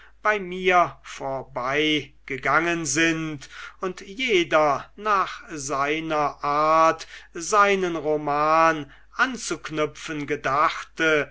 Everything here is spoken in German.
bei mir vor beigegangen sind und jeder nach seiner art seinen roman anzuknüpfen gedachte